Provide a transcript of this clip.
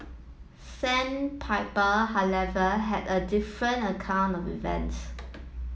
sandpiper however had a different account of events